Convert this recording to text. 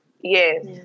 Yes